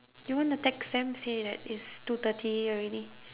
you wanna text them say that it's two thirty already